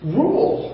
rule